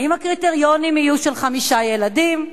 האם הקריטריונים יהיו של חמישה ילדים?